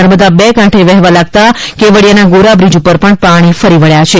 નર્મદા બે કાંઠે વહેવા લાગતા કેવડીયના ગોરા બ્રિજ ઉપર પાણી ફરી વળ્યા છે